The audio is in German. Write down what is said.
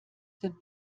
sind